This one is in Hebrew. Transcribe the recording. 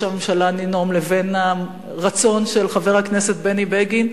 הממשלה לנאום לבין הרצון של חבר הכנסת בני בגין,